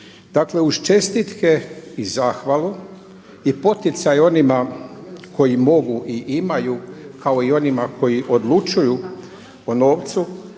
Dakle uz čestitke i zahvalu i poticaj onima koji mogu i imaju kao i onima koji odlučuju o novcu